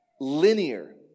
linear